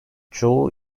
çoğu